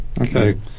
Okay